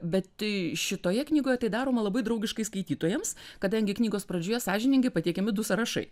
bet šitoje knygoje tai daroma labai draugiškai skaitytojams kadangi knygos pradžioje sąžiningai pateikiami du sąrašai